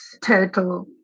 total